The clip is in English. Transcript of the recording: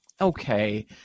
Okay